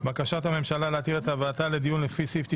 בקשת הממשלה להתיר את הבאתה לדיון לפי סעיף 95(ד)